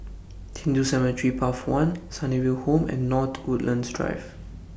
Hindu Cemetery Path one Sunnyville Home and North Woodlands Drive